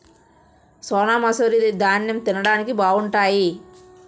సోనామసూరి దాన్నెం తిండానికి బావుంటాయి